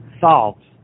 solves